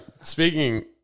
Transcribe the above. Speaking